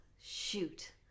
shoot